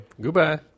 Goodbye